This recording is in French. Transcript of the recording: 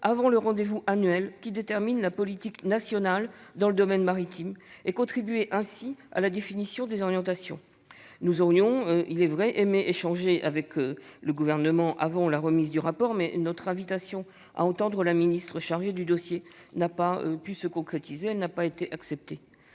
avant le rendez-vous annuel qui détermine la politique nationale dans le domaine maritime, et de contribuer ainsi à la définition des orientations. Nous aurions aimé échanger avec le Gouvernement avant la remise du rapport, mais notre invitation à entendre la ministre chargée du dossier ne s'est pas concrétisée, n'ayant pas été acceptée.